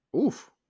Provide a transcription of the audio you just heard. Oof